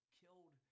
killed